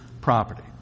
property